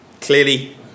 clearly